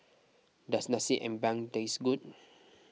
does Nasi Ambeng taste good